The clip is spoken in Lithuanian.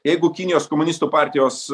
jeigu kinijos komunistų partijos